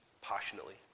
passionately